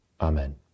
Amen